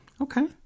Okay